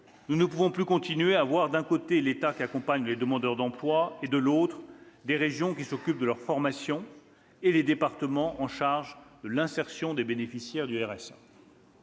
Nous ne pouvons plus continuer à avoir, d'un côté, l'État qui accompagne les demandeurs d'emploi et, de l'autre, les régions qui s'occupent de leur formation et les départements qui se chargent de l'insertion des bénéficiaires du RSA.